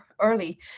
early